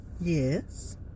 Yes